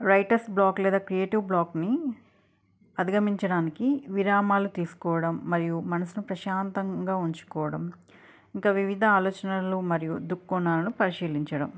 writers block లేదా creative బ్లాక్ని అధిగమించడానికి విరామాలు తీసుకోవడం మరియు మనసును ప్రశాంతంగా ఉంచుకోవడం ఇంకా వివిధ ఆలోచనలు మరియు దృక్కొణాలను పరిశీలించడం